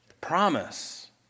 promise